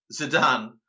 Zidane